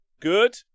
Good